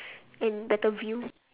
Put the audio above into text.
and better view